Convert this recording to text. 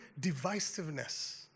divisiveness